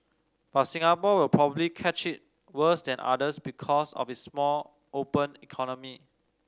but Singapore will probably catch it worse than others because of its small open economy